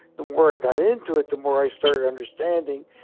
the more i got into it, the more i started understanding.